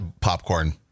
popcorn